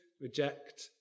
reject